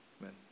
amen